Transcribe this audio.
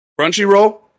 Crunchyroll